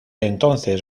entonces